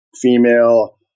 female